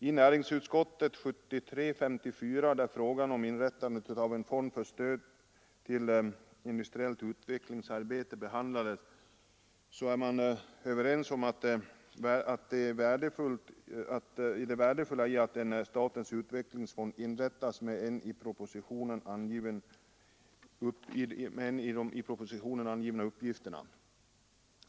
I näringsutskottets betänkande 1973:54, där frågan om inrättande av en fond för stöd till industriellt utvecklingsarbete behandlades, var man överens om det värdefulla i att en statens utvecklingsfond inrättas med de i propositionen angivna uppgifterna.